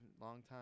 longtime